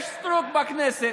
סטרוק בכנסת,